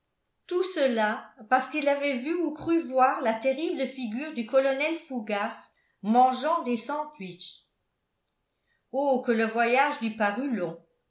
tout cela parce qu'il avait vu ou cru voir la terrible figure du colonel fougas mangeant des sandwiches oh que le voyage lui parut long